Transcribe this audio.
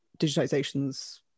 digitizations